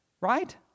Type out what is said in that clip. right